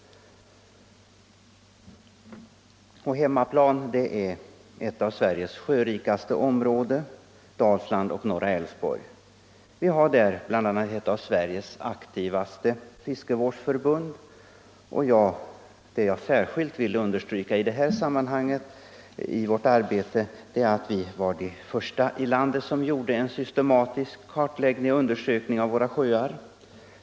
Och ”hemmaplan” är ett av Sveriges sjörikaste område, Dalsland och norra Älvsborg. Vi har där bl.a. ett av Sveriges aktivaste fiskevårdsförbund, och jag vill särskilt understryka att vi var de första i landet som gjorde en systematisk kartläggning och undersökning av våra sjöar.